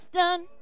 done